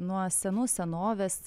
nuo senų senovės